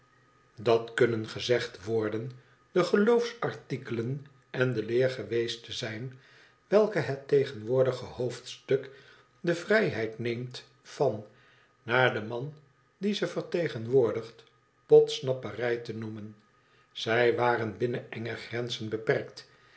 dat kunnen gezegd worden de geloofsartikelen en de leer geweest te zijn welke het tegenwoordige hoofdstuk de vrijheid neemt van naar den man die ze vertegenwoordigt podsnapperij te noemen zij waren binnen enge grenzen beperkt